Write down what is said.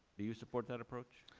do you support that approach?